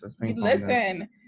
Listen